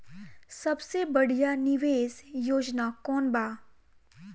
सबसे बढ़िया निवेश योजना कौन बा?